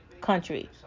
country